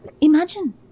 Imagine